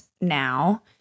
now